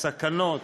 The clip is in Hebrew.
הסכנות